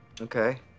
Okay